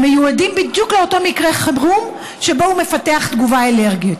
הם מיועדים בדיוק לאותו מקרה חירום שבו הוא מפתח תגובה אלרגית.